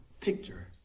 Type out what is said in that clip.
picture